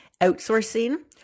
outsourcing